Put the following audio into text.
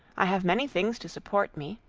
i have many things to support me.